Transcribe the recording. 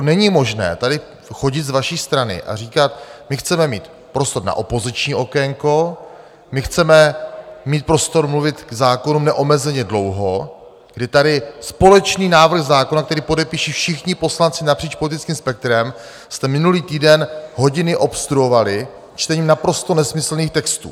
Není možné tady chodit z vaší strany a říkat: Chceme mít prostor na opoziční okénko, chceme mít prostor mluvit k zákonům neomezeně dlouho, kdy tady společný návrh zákona, který podepíší všichni poslanci napříč politickým spektrem, jste minulý týden hodiny obstruovali čtením naprosto nesmyslných textů.